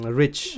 rich